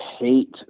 hate